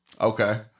Okay